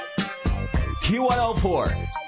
Q104